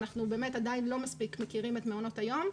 אנחנו עדיין לא מספיק מכירים את מעונות היום.